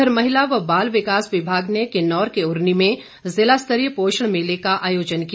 उधर महिला व बाल विकास विभाग ने किन्नौर के उरनी में जिला स्तरीय पोषण मेले का आयोजन किया